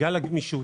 בגלל הגמישות,